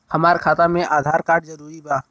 हमार खाता में आधार कार्ड जरूरी बा?